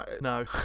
no